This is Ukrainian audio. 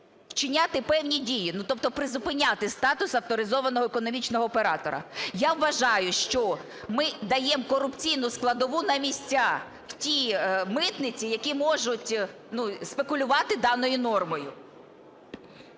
вчиняти певні дії, ну, тобто призупиняти статус авторизованого економічного оператора. Я вважаю, що ми даємо корупційну складову на місця в ті митниці, які можуть, ну, спекулювати даною нормою.